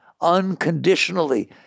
unconditionally